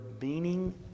meaning